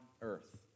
earth